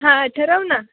हा ठरव ना